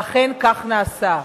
ואכן כך נעשה,